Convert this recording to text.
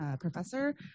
professor